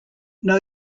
know